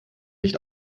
nicht